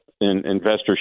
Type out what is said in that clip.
investors